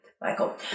Michael